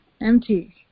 empty